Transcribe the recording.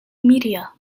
media